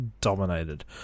dominated